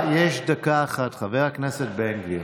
ברגע שמפריעים לי, יש דקה אחת, חבר הכנסת בן גביר,